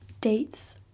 dates